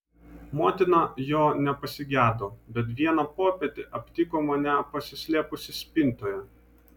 motina jo nepasigedo bet vieną popietę aptiko mane pasislėpusį spintoje